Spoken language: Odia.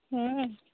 ହଁ